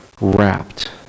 wrapped